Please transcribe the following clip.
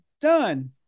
done